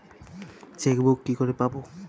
Chequebook কি করে পাবো?